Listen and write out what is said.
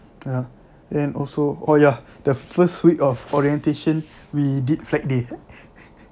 ya and also oh ya the first week of orientation we did flag day